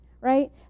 Right